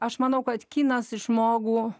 aš manau kad kinas žmogų